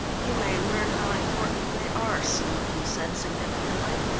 you may learn how important they are soon, he said significantly.